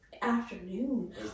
afternoon